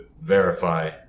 verify